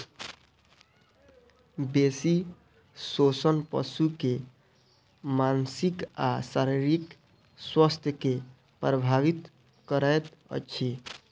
बेसी शोषण पशु के मानसिक आ शारीरिक स्वास्थ्य के प्रभावित करैत अछि